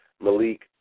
Malik